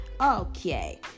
Okay